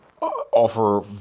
offer